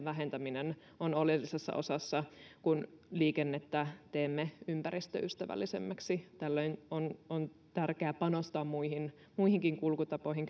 vähentäminen on oleellisessa osassa kun liikennettä teemme ympäristöystävällisemmäksi tällöin on on tärkeää panostaa muihinkin kulkutapoihin